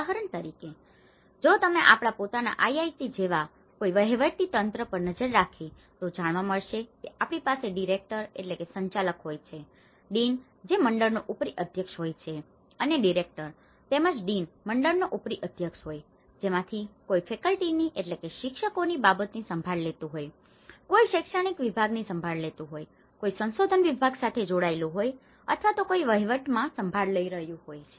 ઉદાહરણ તરીકે જો તમે આપણા પોતાના આઈઆઈટી જેવા કોઈ વહીવટી તંત્ર પર નજર નાખી તો જાણવા મળશે કે આપણી પાસે ડિરેક્ટર director સંચાલક હોય છે ડીન dean મંડળનો ઉપરી અધ્યક્ષ હોય છે અને ડિરેક્ટર director સંચાલક તેમજ ડીન dean મંડળનો ઉપરી અધ્યક્ષ હોય છે જેમાંથી કોઈ ફેકલ્ટીની faculty શિક્ષકો બાબતોની સંભાળ લેતું હોય કોઈ શૈક્ષણિક વિભાગની સંભાળ લેતું હોય કોઈ સંશોધન વિભાગની સાથે જોડાયેલું હોય અથવા તો કોઈ વહીવટમાં સંભાળ લઈ રહ્યું હોય છે